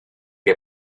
que